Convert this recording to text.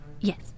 Yes